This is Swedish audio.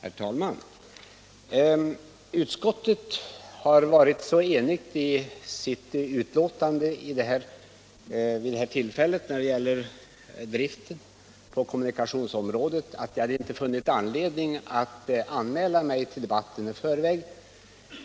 Herr talman! Utskottet har varit så enigt i sitt betänkande vid det här tillfället när det gäller driftanslagen på kommunikationsområdet att jag inte fann anledning att anmäla mig till debatten i förväg.